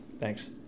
Thanks